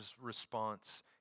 response